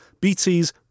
BT's